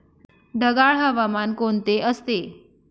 ढगाळ हवामान कोणते असते?